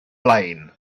blaen